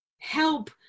help